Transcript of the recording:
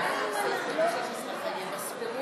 לאחרי סעיף 116 נתקבלה.